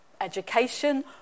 education